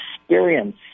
experience